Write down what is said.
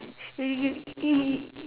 you you you you